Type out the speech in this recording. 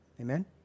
Amen